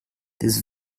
this